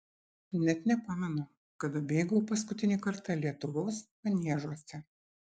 net nepamenu kada bėgau paskutinį kartą lietuvos maniežuose